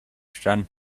sun